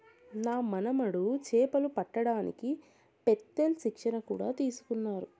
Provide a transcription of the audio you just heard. నా మనుమడు చేపలు పట్టడానికి పెత్తేల్ శిక్షణ కూడా తీసుకున్నాడు